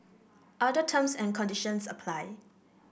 other terms and conditions apply